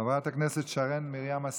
חברת הכנסת שרן מרים השכל,